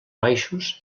baixos